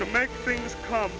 to make things come